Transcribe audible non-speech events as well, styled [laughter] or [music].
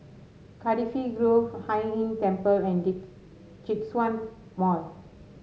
Cardifi Grove Hai Inn Temple and [unintelligible] Djitsun Mall